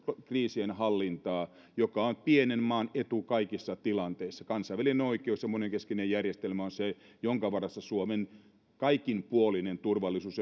kriisienhallintaa joka on pienen maan etu kaikissa tilanteissa kansainvälinen oikeus ja monenkeskinen järjestelmä on se jonka varassa suomen kaikinpuolinen turvallisuus